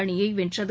அணியைவென்றது